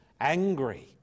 angry